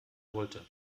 wollte